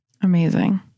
Amazing